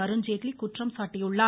அருண்ஜேட்லி குற்றம் சாட்டியுள்ளார்